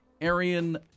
Arian